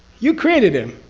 you created him.